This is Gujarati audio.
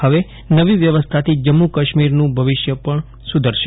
હવે નવી વ્યવસ્થાથી જમ્મુ કાશ્મીરનું ભવિષ્ય પણ સુધરશે